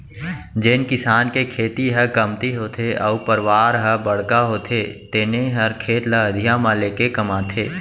जेन किसान के खेती ह कमती होथे अउ परवार ह बड़का होथे तेने हर खेत ल अधिया म लेके कमाथे